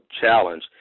challenge